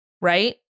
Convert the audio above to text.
right